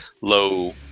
low